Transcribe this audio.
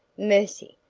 mercy!